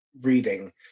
reading